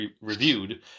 reviewed